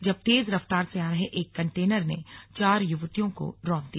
जब तेज रफ्तार से आ रहे एक कन्टेनर ने चार युवतियों को रौंद दिया